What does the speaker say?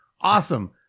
Awesome